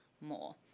more